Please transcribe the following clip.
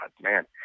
man